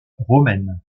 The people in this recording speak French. romaine